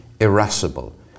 irascible